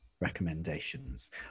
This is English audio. recommendations